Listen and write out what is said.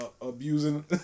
abusing